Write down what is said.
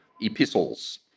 epistles